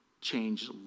change